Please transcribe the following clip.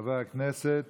חבר הכנסת